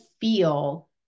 feel